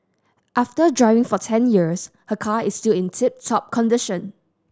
after driving for ten years her car is still in tip top condition